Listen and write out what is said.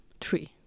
three